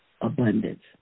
abundance